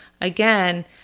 again